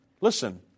Listen